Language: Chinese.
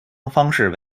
方式